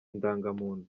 indangamuntu